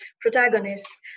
protagonists